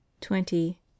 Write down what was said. twenty